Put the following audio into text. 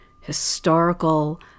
historical